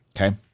Okay